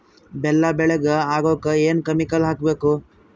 ಬೆಲ್ಲ ಬೆಳಗ ಆಗೋಕ ಏನ್ ಕೆಮಿಕಲ್ ಹಾಕ್ಬೇಕು?